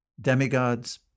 demigods